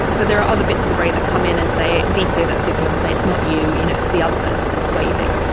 but there are other bits of the brain that come in and veto that signal and say it's not you, you know it's the other person waving.